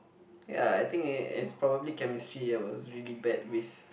ya I think it is probably chemistry I was really bad with